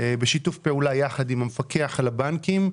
בשיתוף פעולה עם המפקח על הבנקים,